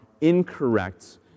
incorrect